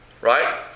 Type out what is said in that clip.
right